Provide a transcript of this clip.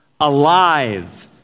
Alive